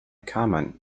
common